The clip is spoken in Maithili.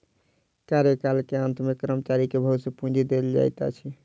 कार्यकाल के अंत में कर्मचारी के भविष्य पूंजी देल जाइत अछि